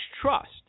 trust